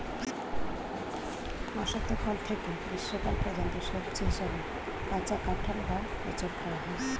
বসন্তকাল থেকে গ্রীষ্মকাল পর্যন্ত সবজি হিসাবে কাঁচা কাঁঠাল বা এঁচোড় খাওয়া হয়